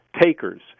takers